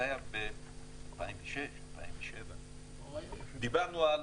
זה היה ב-2006, 2007. דיברנו על